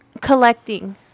collecting